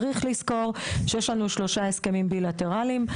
צריך לזכור שיש לנו שלושה הסכמים בילטרליים,